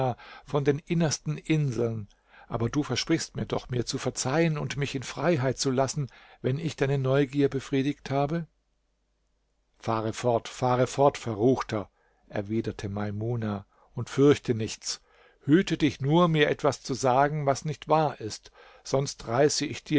von den innersten inseln aber du versprichst mir doch mir zu verzeihen und mich in freiheit zu lassen wenn ich deine neugier befriedigt habe fahre fort fahre fort verruchter erwiderte maimuna und fürchte nichts hüte dich nur mir etwas zu sagen was nicht wahr ist sonst reiße ich